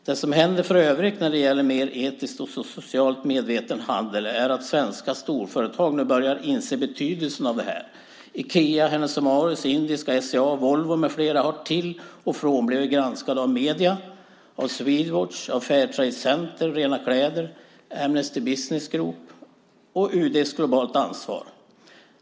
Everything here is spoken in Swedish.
Det som händer för övrigt när det gäller mer etiskt och socialt medveten handel är att svenska storföretag nu börjar inse betydelsen av detta. Ikea, H & M, Indiska, SCA, Volvo med flera har till och från blivit granskade av medierna, av Swedwatch, Fair Trade Center, Rena kläder, Amnesty Business Group och UD:s Globalt Ansvar.